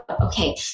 okay